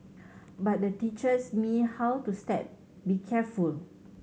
but the teaches me how to step be careful